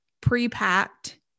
pre-packed